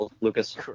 Lucas